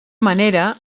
manera